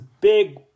big